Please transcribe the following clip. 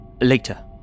Later